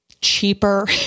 cheaper